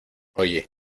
oye